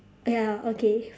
ya okay